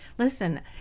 listen